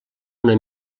una